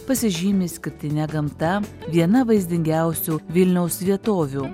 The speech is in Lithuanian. pasižymi išskirtine gamta viena vaizdingiausių vilniaus vietovių